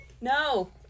no